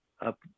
up